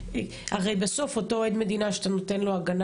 הרי בסוף אותו עד מדינה שאתה נותן לו הגנה